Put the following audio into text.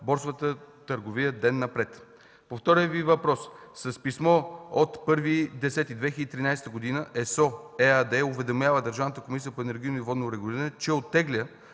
борсовата търговия ден напред. По втория Ви въпрос – с писмо от 1 октомври 2013 г. ЕСО ЕАД уведомява Държавната комисия за енергийно и водно регулиране, че оттегля